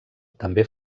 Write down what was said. també